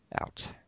out